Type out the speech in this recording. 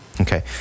Okay